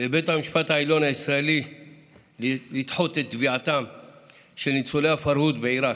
לבית המשפט העליון הישראלי לדחות את תביעתם של ניצולי הפרהוד בעיראק,